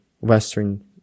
Western